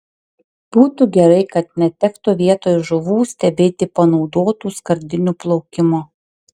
būtų gerai kad netektų vietoj žuvų stebėti panaudotų skardinių plaukimo